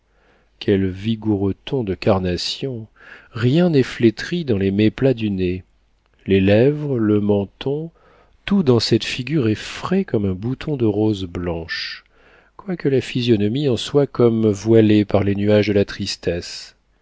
quels vigoureux tons de carnation rien n'est flétri dans les méplats du nez les lèvres le menton tout dans cette figure est frais comme un bouton de rose blanche quoique la physionomie en soit comme voilée par les nuages de la tristesse